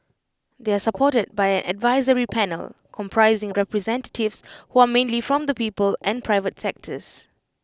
they are supported by an advisory panel comprising representatives who are mainly from the people and private sectors